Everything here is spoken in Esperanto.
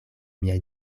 miaj